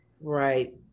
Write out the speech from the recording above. Right